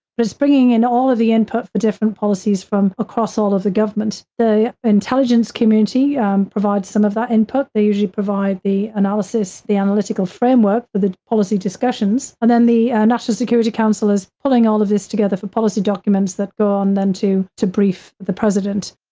but it's bringing in all of the input for different policies from across all of the government. the intelligence community provides some of that input, they usually provide the analysis, the analytical framework for the policy discussions, and then the national security council is pulling all of this together for policy documents that go on then, to, to brief the president.